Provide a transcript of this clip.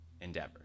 endeavor